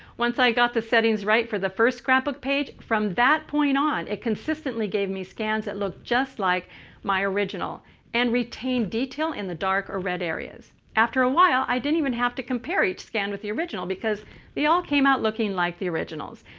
once i got the settings right for the first scrapbook page, from that point on it consistently gave me scans that looked just like my original and retained detail in the dark or red areas. after a while, i didn't even have to compare each scan with the original because they all came out looking like the originals.